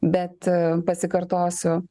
bet pasikartosiu